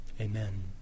Amen